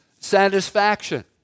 satisfaction